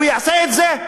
הוא יעשה את זה?